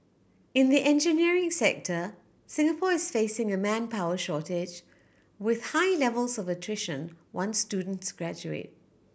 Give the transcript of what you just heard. in the engineering sector Singapore is facing a manpower shortage with high levels of attrition once students graduate